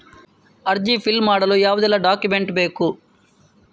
ಅರ್ಜಿ ಫಿಲ್ ಮಾಡಲು ಯಾವುದೆಲ್ಲ ಡಾಕ್ಯುಮೆಂಟ್ ಬೇಕು?